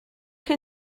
chi